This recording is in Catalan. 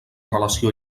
relació